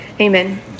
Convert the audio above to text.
amen